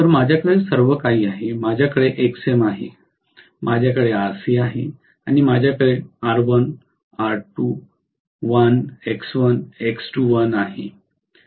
तर माझ्याकडे सर्व काही आहे माझ्याकडे Xm आहे माझ्याकडे Rc आहे आणि माझ्याकडे R1 R2l X1 X2l आहे